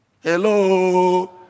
Hello